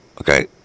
Okay